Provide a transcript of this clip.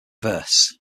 verse